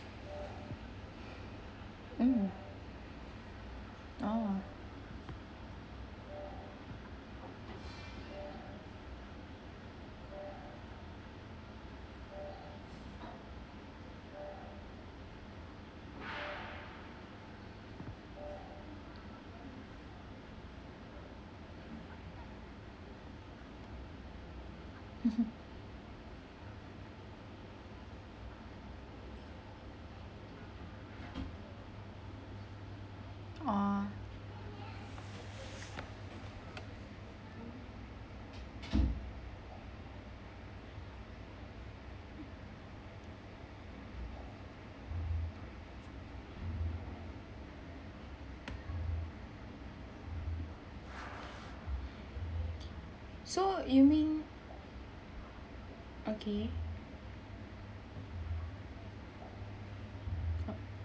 mm oh mmhmm oh so you mean okay